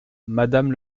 madame